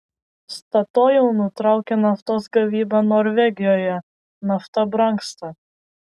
statoil nutraukia naftos gavybą norvegijoje nafta brangsta